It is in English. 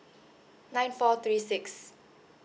nine four three six